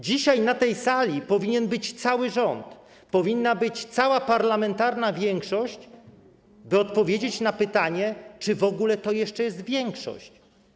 Dzisiaj na tej sali powinien być cały rząd, powinna być cała większość parlamentarna, by odpowiedzieć na pytanie, czy w ogóle to jeszcze jest większość.